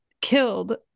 killed